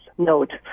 note